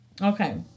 Okay